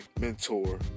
mentor